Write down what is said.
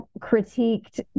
critiqued